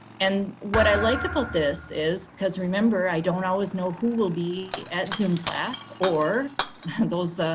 and what i like about this is because remember i don't always know who will be at zoom class. or those,